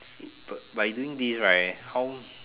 b~ by doing this right how